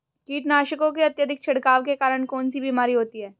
कीटनाशकों के अत्यधिक छिड़काव के कारण कौन सी बीमारी होती है?